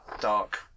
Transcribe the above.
dark